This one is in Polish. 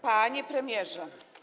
Panie Premierze!